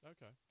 Okay